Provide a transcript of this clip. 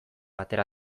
atera